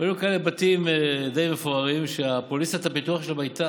היו בתים די מפוארים שפוליסת הביטוח שם הייתה